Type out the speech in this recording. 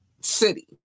city